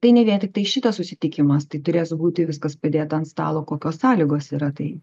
tai ne vien tik tai šitas susitikimas tai turės būti viskas padėta ant stalo kokios sąlygos yra tai